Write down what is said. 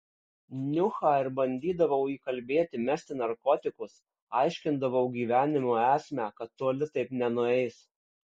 niuchą ir bandydavau įkalbėti mesti narkotikus aiškindavau gyvenimo esmę kad toli taip nenueis